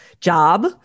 job